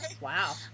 wow